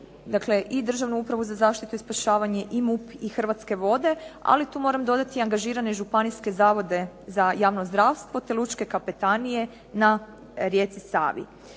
dakle i Državnu upravu za zaštitu i spašavanje i MUP i Hrvatske vode. Ali tu moram dodati i angažirane županijske Zavode za javno zdravstvo, te Lučke kapetanije na rijeci Savi.